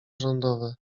rządowe